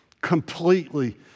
completely